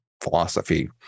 philosophy